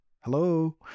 hello